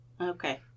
Okay